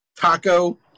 Taco